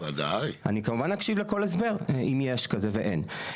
אני כמובן אקשיב לכל הסבר, אם יש כזה, ואין.